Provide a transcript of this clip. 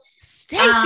Stacy